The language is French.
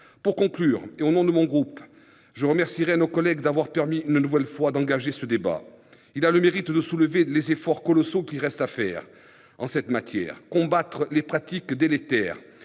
Pour conclure, et au nom de mon groupe, je remercie nos collègues d'avoir permis une nouvelle fois d'engager ce débat. Il a le mérite de souligner les efforts colossaux qu'il reste à faire en cette matière : combattre les pratiques délétères